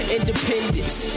Independence